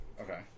Okay